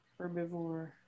Herbivore